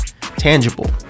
tangible